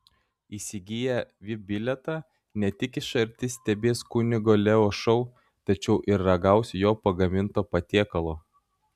įsigiję vip bilietą ne tik iš arti stebės kunigo leo šou tačiau ir ragaus jo pagaminto patiekalo